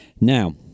Now